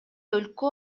өлкө